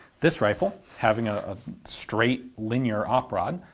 this rifle, having a ah straight linear op rod,